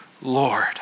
Lord